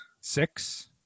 Six